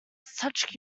such